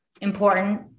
important